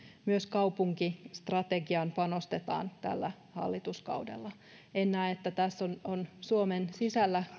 myös kaupunkistrategiaan panostetaan tällä hallituskaudella en näe että tässä on on suomen sisällä